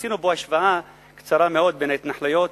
עשינו פה השוואה קצרה מאוד בין ההתנחלויות